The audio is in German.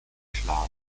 schlagen